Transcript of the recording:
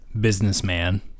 businessman